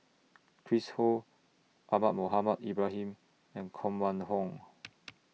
Chris Ho Ahmad Mohamed Ibrahim and Koh Mun Hong